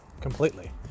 completely